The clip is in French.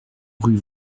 rue